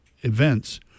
events